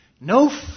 no